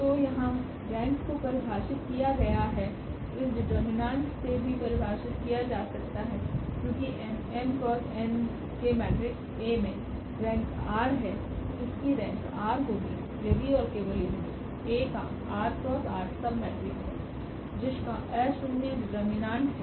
तो यहाँ रेंक को परिभाषित किया गया है इस डिटरमिनेंट से भी परिभाषित किया जा सकता है क्योंकिnm×nके मेट्रिक्स Aमें रेंक r है इसकी रेंक 𝑟 होगीयदि और केवल यदि A का r×r सब मेट्रिक्स है जिसका अशून्य डिटरमिनेंट है